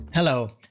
Hello